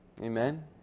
Amen